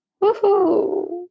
woohoo